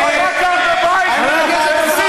מה קרה, מותק?